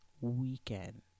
weekend